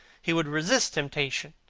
he would resist temptation.